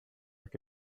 que